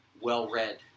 well-read